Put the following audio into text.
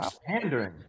pandering